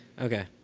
Okay